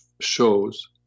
shows